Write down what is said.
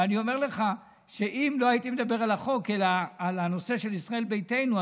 ואני אומר לך שאם לא הייתי מדבר על החוק אלא על הנושא של ישראל ביתנו,